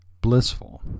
blissful